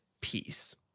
peace